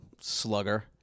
slugger